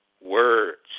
words